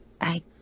I-